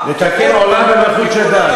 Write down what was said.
לתקן עולם במלכות שדי.